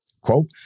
Quote